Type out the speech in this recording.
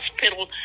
Hospital